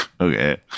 Okay